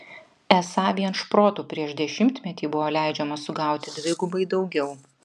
esą vien šprotų prieš dešimtmetį buvo leidžiama sugauti dvigubai daugiau